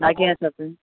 लागीं आसा तें